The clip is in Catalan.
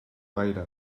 gaire